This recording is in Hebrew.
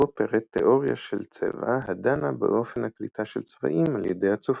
ובו פירט תאוריה של צבע הדנה באופן הקליטה של צבעים על ידי הצופה.